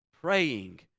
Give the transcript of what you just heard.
Praying